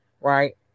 Right